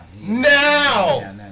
Now